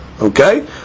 Okay